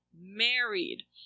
Married